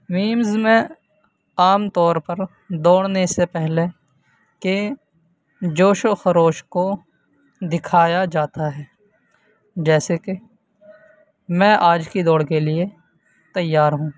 memes میں عام طور پر دوڑنے سے پہلے کے جوش و خروش کو دکھایا جاتا ہے جیسے کہ میں آج کی دوڑ کے لیے تیار ہوں